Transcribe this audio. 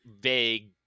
vague